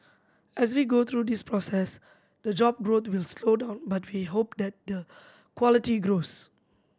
as we go through this process the job growth will slow down but we hope that the quality grows